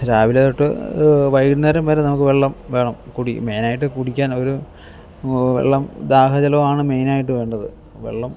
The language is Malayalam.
രാവിലെ തൊട്ട് വൈകുന്നേരം വരെ നമുക്ക് വെള്ളം വേണം കുടി മെയിനായിട്ട് കുടിക്കാൻ ഒരു വെള്ളം ദാഹജലമാണ് മെയിനായിട്ട് വേണ്ടത് വെള്ളം